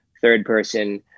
third-person